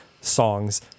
songs